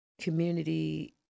community